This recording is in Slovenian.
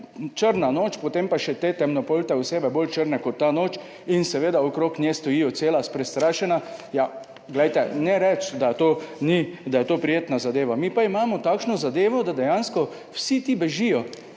črna noč, potem pa še te temnopolte osebe, bolj črne kot ta noč in seveda okrog nje stojijo cela prestrašena. Ja, glejte, ne reči, da to ni, da je to prijetna zadeva. Mi pa imamo takšno zadevo, da dejansko vsi ti bežijo,